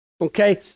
okay